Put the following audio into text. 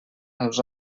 els